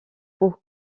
pau